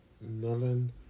melon